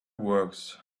works